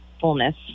fullness